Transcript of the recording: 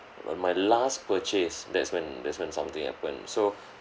m~ my last purchase that's when that's when something happened so